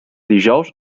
dijous